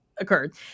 occurred